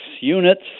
units